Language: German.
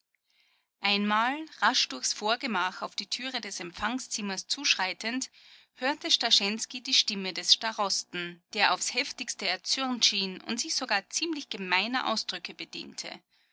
einmal rasch durchs vorgemach auf die türe des empfangszimmers zuschreitend hörte starschensky die stimme des starosten der aufs heftigste erzürnt schien und sich sogar ziemlich gemeiner ausdrücke bediente